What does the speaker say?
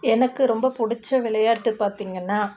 எனக்கு ரொம்ப பிடிச்ச விளையாட்டு பார்த்தீங்கன்னா